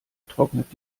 trocknet